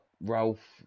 Ralph